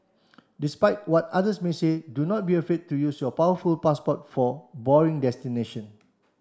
despite what others may say do not be afraid to use your powerful passport for boring destination